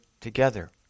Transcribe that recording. together